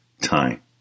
time